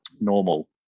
normal